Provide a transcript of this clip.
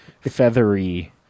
feathery